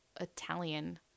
italian